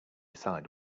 decide